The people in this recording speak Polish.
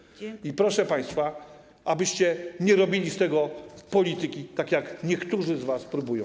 I chciałbym, proszę państwa, abyście nie robili z tego polityki, tak jak niektórzy z was próbują.